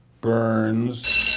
Burns